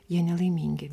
jie nelaimingi